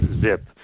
Zip